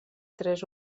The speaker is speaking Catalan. tres